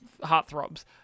heartthrobs